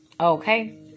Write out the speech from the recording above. Okay